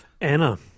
Anna